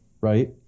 right